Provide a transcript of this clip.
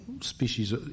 species